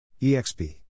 EXP